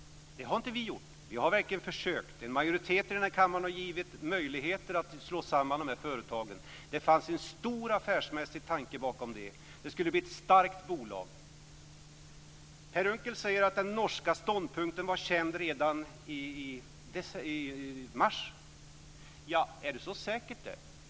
Det har inte vi gjort. Vi har verkligen försökt. En majoritet i kammaren har givit möjligheter att slå samman företagen. Det fanns en stor affärsmässig tanke bakom det. Det skulle bli ett starkt bolag. Per Unckel säger att den norska ståndpunkten var känd redan i mars. Är det så säkert?